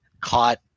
caught